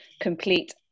complete